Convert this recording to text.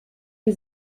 die